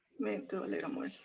me do a little more